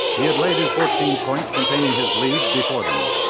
he had laid his fourteen points containing his league before them,